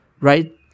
right